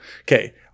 okay